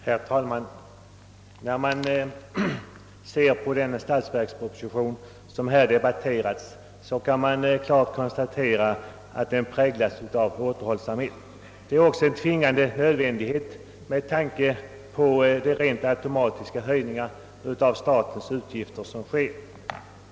Herr talman! När man ser på den statsverksproposition som här debatterats, kan man klart konstatera att den präglas av återhållsamhet. Det är också en tvingande nödvändighet med tanke på de rent automatiska höjningar av statens utgifter som sker.